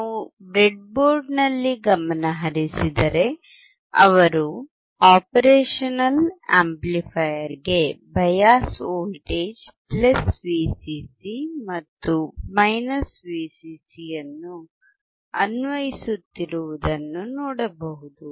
ನಾವು ಬ್ರೆಡ್ಬೋರ್ಡ್ನಲ್ಲಿ ಗಮನಹರಿಸಿದರೆ ಅವರು ಆಪರೇಷನಲ್ ಆಂಪ್ಲಿಫೈಯರ್ ಗೆ ಬಯಾಸ್ ವೋಲ್ಟೇಜ್ VCC ಮತ್ತು VCC ಅನ್ನು ಅನ್ವಯಿಸುತ್ತಿರುವುದನ್ನು ನೋಡಬಹುದು